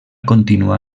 continuà